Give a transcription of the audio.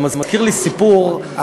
זה מזכיר לי סיפור,